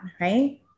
Right